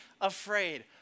afraid